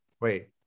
Wait